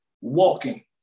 walking